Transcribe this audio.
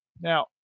Now